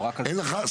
מי נגד?